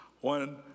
one